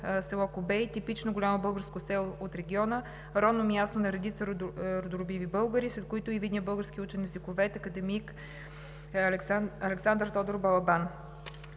село Кубей – типично голямо българско село от региона, родно място на редица родолюбиви българи, сред които и видният български учен – езиковед академик Александър Тодоров Балабанов.